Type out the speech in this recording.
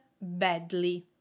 badly